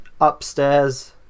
upstairs